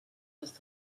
les